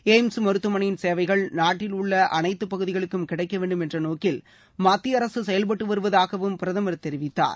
AIIMS மருத்துவமனையின் சேவைகள் நாட்டில் உள்ள அனைத்துப் பகுதிகளுக்கு கிடைக்க வேண்டும் என்ற நோக்கில் மத்திய அரசு செயல்பட்டு வருவதாகவும் பிரதமர் தெரிவித்தார்